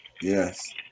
Yes